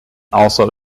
also